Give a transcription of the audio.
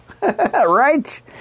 right